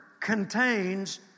contains